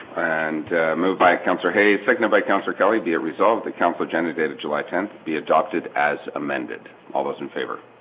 and moved by councillor. hay seconded by councillor kelly bia resolved that council agenda date of july tenth be adopted as amended all those in favor